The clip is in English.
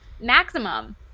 maximum